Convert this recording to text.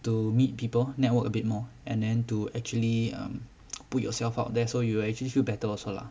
to meet people network a bit more and then to actually um put yourself out there so you actually feel better also lah